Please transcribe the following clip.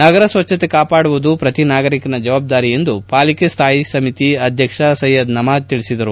ನಗರ ಸ್ವಚ್ನತೆ ಕಾಪಾಡುವುದು ಪ್ರತಿನಾಗರಿಕನ ಜವಾಬ್ದಾರಿ ಎಂದು ಪಾಲಿಕೆ ಸ್ನಾಯಿ ಸಮಿತಿ ಅಧ್ಯಕ್ಷ ಸೈಯದ್ ನಯಾಜ್ ತಿಳಿಸಿದರು